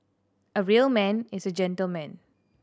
a real man is a gentleman